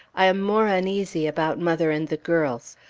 i am more uneasy about mother and the girls.